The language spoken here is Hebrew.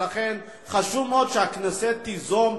לכן חשוב מאוד שהכנסת תיזום,